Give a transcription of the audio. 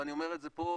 ואני אומר את זה פה,